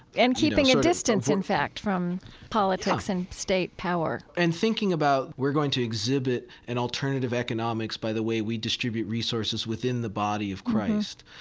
and keeping a distance, in fact, from politics and state power and thinking about we're going to exhibit an alternative economics by the way we distribute resources within the body of christ.